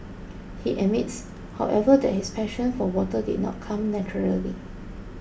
he admits however that his passion for water did not come naturally